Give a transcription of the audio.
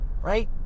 Right